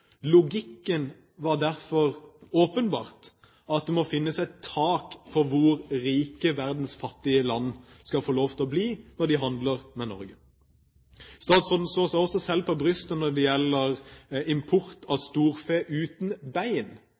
Logikken var derfor åpenbart at det må finnes et tak for hvor rike verdens fattige land skal få lov til å bli når de handler med Norge. Statsråden slår seg også på brystet når det gjelder import av storfe uten bein.